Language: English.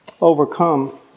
overcome